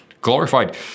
Glorified